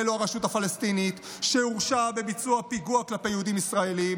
או הרשות הפלסטינית שהורשע בביצוע פיגוע כלפי יהודים ישראלים